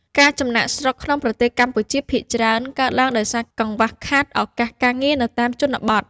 ការចំណាកស្រុកក្នុងប្រទេសកម្ពុជាភាគច្រើនកើតឡើងដោយសារកង្វះខាតឱកាសការងារនៅតាមជនបទ។